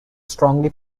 strongly